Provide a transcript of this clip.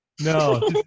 no